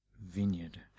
vineyard